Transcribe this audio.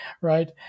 right